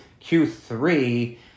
Q3